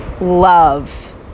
love